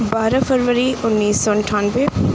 بارہ فروری اُنیس سو اٹھانوے